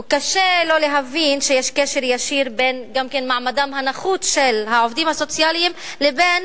קשה לא להבין שיש קשר ישיר בין מעמדם הנחות של העובדים הסוציאליים לבין